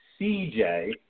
CJ